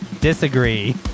Disagree